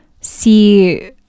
see